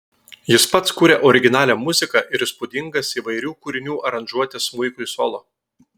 jis pats kuria originalią muziką ir įspūdingas įvairių kūrinių aranžuotes smuikui solo